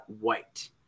White